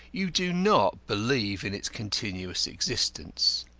you do not believe in its continuous existence.